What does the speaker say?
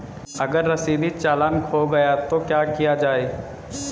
अगर रसीदी चालान खो गया तो क्या किया जाए?